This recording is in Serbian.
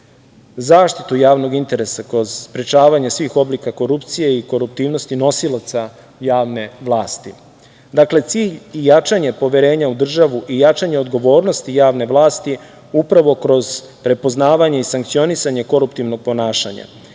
zaštitu javnog interesa kroz sprečavanje svih oblica korupcije i koruptivnosti nosilaca javne vlasti. Dakle, cilj i jačanje poverenja u državu i jačanje odgovornosti javne vlasti upravo kroz prepoznavanje i sankcionisanje koruptivnog ponašanja